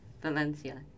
Valencia